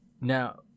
Now